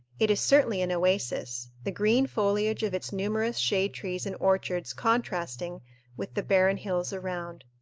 it is certainly an oasis, the green foliage of its numerous shade-trees and orchards contrasting with the barren hills around.